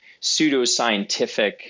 pseudoscientific